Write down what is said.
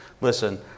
Listen